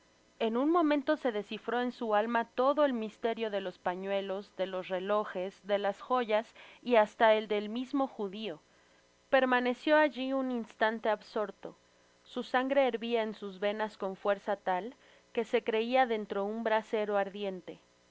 en un momento se descifró en su alma todo el misterio de los pañuelos de los relojes de las joyas y hasta el del mismo judio permaneció alli un instante absorto su sangre herbia en sus ve nas coa fuerza tal que se creia dentro un brasero ardiente